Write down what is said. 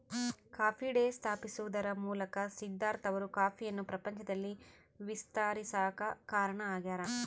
coffee day ಸ್ಥಾಪಿಸುವದರ ಮೂಲಕ ಸಿದ್ದಾರ್ಥ ಅವರು ಕಾಫಿಯನ್ನು ಪ್ರಪಂಚದಲ್ಲಿ ವಿಸ್ತರಿಸಾಕ ಕಾರಣ ಆಗ್ಯಾರ